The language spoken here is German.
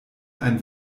ein